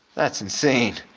that's insane.